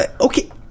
Okay